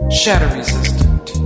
shatter-resistant